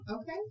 Okay